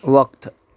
وقت